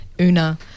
Una